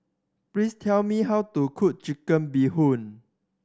please tell me how to cook Chicken Bee Hoon